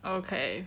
okay